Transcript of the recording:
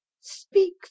Speak